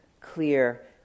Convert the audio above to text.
clear